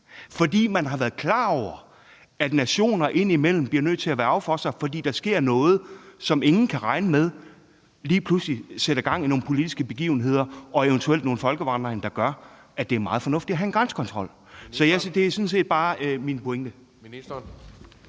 fordi man har været klar over, at nationer indimellem bliver nødt til at værge for sig, fordi der sker noget, som ingen kan regne med lige pludselig sætter gang i nogle politiske begivenheder og eventuelt nogle folkevandringer, der gør, at det er meget fornuftigt at have grænsekontrol. Det er sådan set bare min pointe.